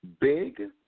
Big